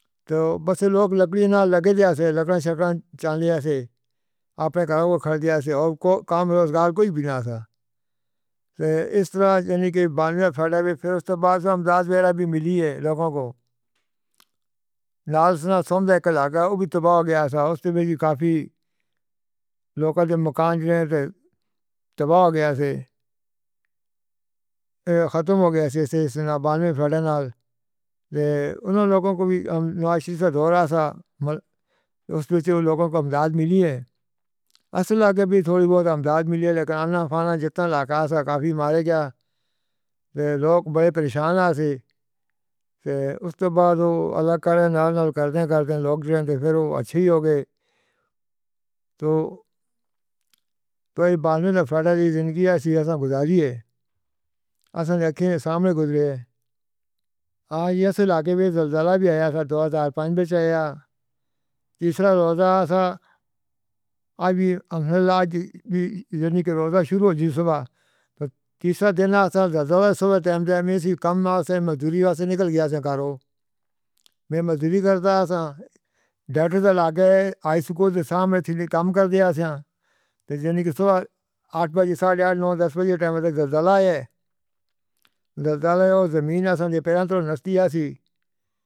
تو بس لوگ لکڑی دے نال لگے دتا سی، لکڑ لکڑ شکر چانلیا سی۔ اپنے گھراں تے کھڑے رہے سی تے کوئی کام روزگار کوئی وی نہ سی۔ فیر اس طرح یعنی کہ بانوے فروری ہوئے، فیر اس دے بعد تو مدد بیئی راحت وی ملی ہے لوگاں کو۔ نال سنا سوندا اک علاقہ ہے، او وی تباہ ہو گیا سی۔ اس وقت وی کافی لوکل مکان جلے سی، تباہ ہو گئے سی۔ ختم ہو گئے سی بانوے فروری نال۔ فیر انہاں لوگاں کو وی ہم-ہمارے شہر توں دورہ سی اس وچھ لوگاں کو مدد ملی ہے۔ اس علاقے وی تھوڑی بہت مدد ملی ہے، لیکن انافانا جتنا لاکھ ہے کافی مارے گئے۔ یہ لوگ وڈے پریشان سی۔ فیر اس دے بعد او الگ کر، نال نال کردے کردے لوگ جہدے تو فیر اچھے ہی ہو گئے۔ تو— تو بانوے فروری دی زندگی ایسی گزاری ہے۔ اسنی اکھیاں سامنے گزرے ہے تے یہ علاقے وچ جَرجَر وی ہے۔ ود ہزارپانج بیچے گئے ٹیچر روزگار سہ اج وی انجلی داس دے روزگار شروع ہو جس بار تیسرا دن سال دسہرے صبح ٹائم تے کم مزدوری والے نکل گیا سی۔ کاروبار وچ مزدوری کردا ہے۔ ڈاکٹر لگے آئی شکایت سامنے کام کر دتا کیا جناب؟ آٹھ بجے ساڑھے نو، دس بجے ٹائم تے دردال آئے، دردالو زمین آسن دے پیراں تک نچتی آ سی۔